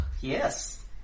Yes